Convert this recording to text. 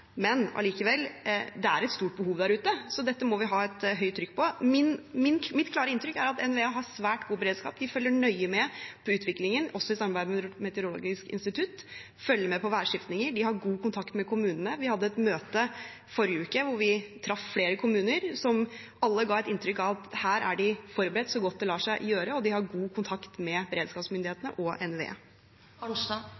Men allikevel: Det er et stort behov der ute, så dette må vi ha et høyt trykk på. Mitt klare inntrykk er at NVE har svært god beredskap. De følger nøye med på utviklingen, også i samarbeid med Meteorologisk institutt. De følger med på værskiftninger, og de har god kontakt med kommunene. Vi hadde et møte forrige uke hvor vi traff flere kommuner, som alle ga et inntrykk av at de er forberedt så godt det lar seg gjøre, og de har god kontakt med